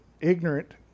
ignorant